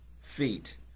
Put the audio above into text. feet